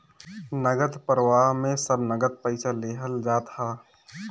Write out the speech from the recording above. नगद प्रवाह में सब नगद पईसा लेहल जात हअ